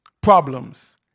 problems